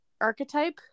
archetype